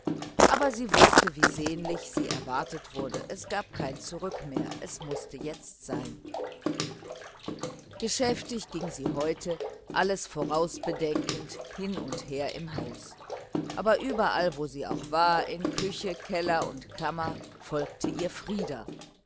aber sie wußte wie sehnlich sie erwartet wurde es gab kein zurück mehr es mußte jetzt sein geschäftig ging sie heute alles voraus bedenkend hin und her im haus aber überall wo sie auch war in küche keller und kammern folgte ihr frieder